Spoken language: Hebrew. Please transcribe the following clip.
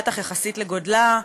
בטח יחסית לגודלה,